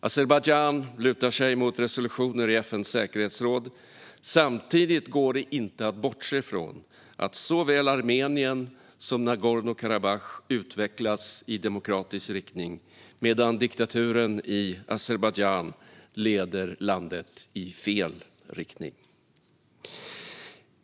Azerbajdzjan lutar sig emot resolutioner i FN:s säkerhetsråd. Samtidigt går det inte att bortse från att såväl Armenien som Nagorno-Karabach utvecklas i demokratisk riktning, medan diktaturen i Azerbajdzjan leder landet i fel riktning.